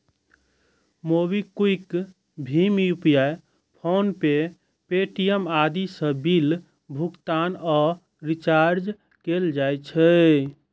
MobiKwik, भीम UPI, PhonePe, Paytm आदि सं बिल भुगतान आ रिचार्ज कैल जा सकैए